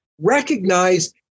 recognize